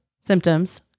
symptoms